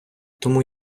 тому